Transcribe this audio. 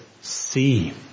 see